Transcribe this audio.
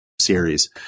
series